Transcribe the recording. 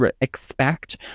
expect